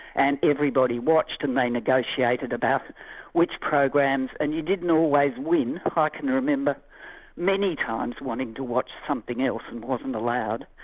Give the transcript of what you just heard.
and everybody watched and they negotiated about which programs, and you didn't always win. i ah can remember many times wanting to watch something else, and wasn't allowed.